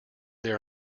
there